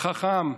חכם,